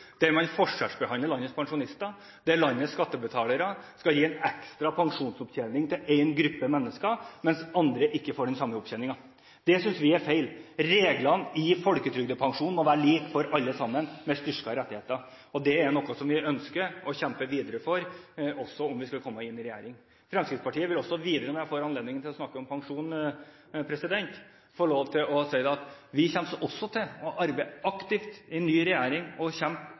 der man forskjellsbehandler landets pensjonister, og der landets skattebetalere skal gi en ekstra pensjonsopptjening til én gruppe mennesker, mens andre ikke får den samme opptjeningen. Det synes vi er feil. Reglene for pensjon i folketrygden må være like for alle sammen, med styrkede rettigheter, og det er noe vi ønsker å kjempe videre for også om vi skulle komme i regjering. Når jeg nå får anledning til å snakke om pensjon, vil jeg si at Fremskrittspartiet også i en ny regjering kommer til arbeide aktivt og kjempe med nebb og